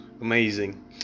Amazing